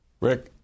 Rick